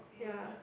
ya